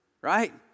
right